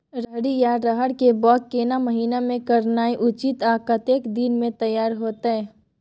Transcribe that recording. रहरि या रहर के बौग केना महीना में करनाई उचित आ कतेक दिन में तैयार होतय?